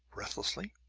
breathlessly.